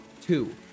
two